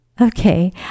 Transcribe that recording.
Okay